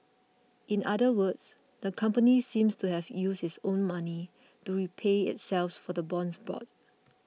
in other words the company seemed to have used its own money to repay itself for the bonds bought